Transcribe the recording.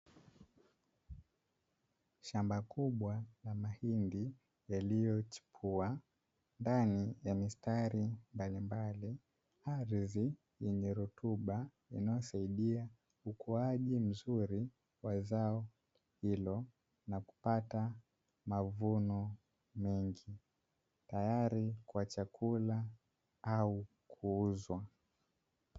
Shamba kubwa la mahindi yaliyochipua ndani ya mistari mbalimbali, ardhi yenye rutuba inayosaidia ukuaji mkubwa wa zao hilo, na kupata mavuno mengi, tayari kwa chakula au kuuzwa.